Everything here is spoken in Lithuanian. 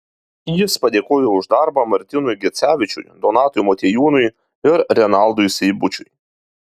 jis padėkojo už darbą martynui gecevičiui donatui motiejūnui ir renaldui seibučiui